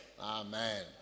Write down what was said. Amen